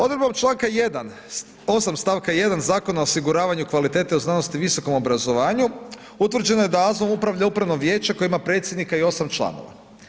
Odredbom čl. 8. st. 1. Zakona o osiguravanju kvalitete u znanosti i visokom obrazovanju, utvrđeno je da AZVO-om upravlja upravno vijeće koje ima predsjednika i 8 članova.